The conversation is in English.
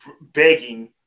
begging